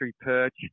perch